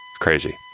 crazy